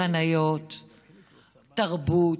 חניות, תרבות,